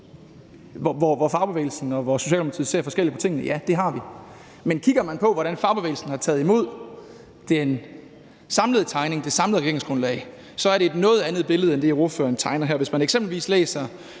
hvor fagbevægelsen og Socialdemokratiet ser forskelligt på tingene? Ja, det har vi. Men kigger man på, hvordan fagbevægelsen har taget imod det samlede regeringsgrundlag, så er det et noget andet billede end det, hr. Karsten Hønge tegner her. Hvis man eksempelvis læser